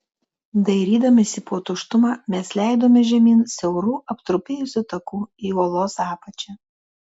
dairydamiesi po tuštumą mes leidomės žemyn siauru aptrupėjusiu taku į uolos apačią